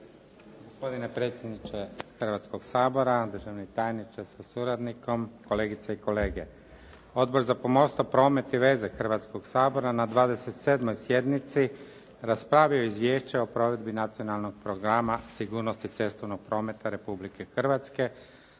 Gospodine predsjedniče Hrvatskog sabora, državni tajniče sa suradnikom, kolegice i kolege. Odbor za pomorstvo, promet i veze Hrvatskog sabora na 27. sjednici raspravio je Izvješće o provedbi Nacionalnog programa sigurnosti cestovnog prometa Republike Hrvatske